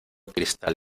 cristal